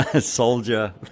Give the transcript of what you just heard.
soldier